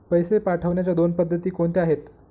पैसे पाठवण्याच्या दोन पद्धती कोणत्या आहेत?